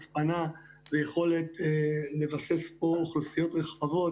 הצפנה ויכולת לבסס פה אוכלוסיות רחבות